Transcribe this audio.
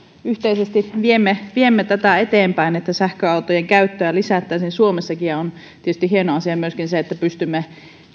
yhteisesti viemme viemme tätä eteenpäin että sähköautojen käyttöä lisättäisiin suomessakin on tietysti hieno asia myöskin se että pystymme